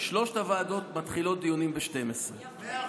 שלוש הוועדות מתחילות דיונים ב-12:00.